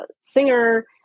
singer